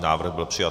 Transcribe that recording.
Návrh byl přijat.